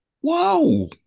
Whoa